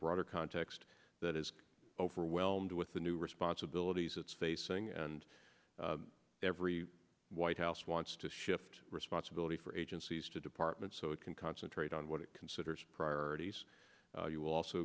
broader context that is overwhelmed with the new responsibilities it's facing and every white house wants to shift responsibility for agencies to departments so it can concentrate on what it considers priorities you